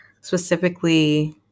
specifically